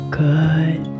good